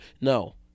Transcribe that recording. no